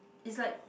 it's like